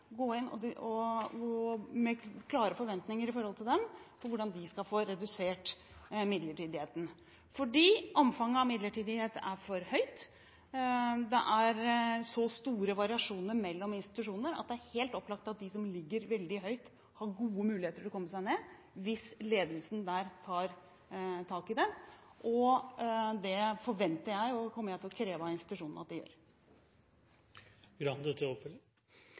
hvordan de skal få redusert midlertidigheten, fordi omfanget av midlertidighet er for høyt. Det er så store variasjoner mellom institusjoner at det er helt opplagt at de som ligger veldig høyt, har gode muligheter for å komme ned hvis ledelsen tar tak i det. Det forventer jeg, og det kommer jeg til å kreve av institusjonene at de gjør.